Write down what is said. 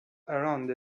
around